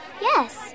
Yes